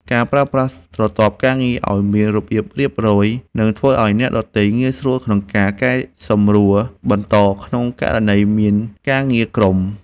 ការប្រើប្រាស់ស្រទាប់ការងារឱ្យមានរបៀបរៀបរយនឹងធ្វើឱ្យអ្នកដទៃងាយស្រួលក្នុងការជួយកែសម្រួលបន្តក្នុងករណីមានការងារក្រុម។